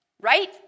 Right